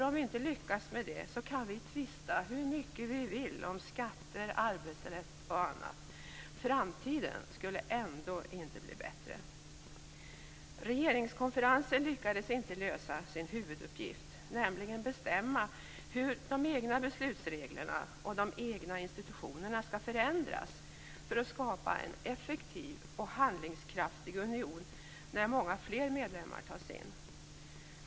Om vi inte lyckas med det, kan vi tvista hur mycket vi vill om skatter, arbetsrätt och annat - framtiden skulle ändå inte bli bättre. Regeringskonferensen lyckades inte lösa sin huvuduppgift, nämligen att bestämma hur de egna beslutsreglerna och de egna institutionerna skall förändras för att skapa en effektiv och handlingskraftig union när många fler medlemmar tas in.